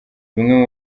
bimwe